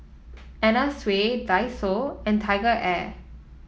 Anna Sui Daiso and TigerAir